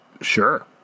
Sure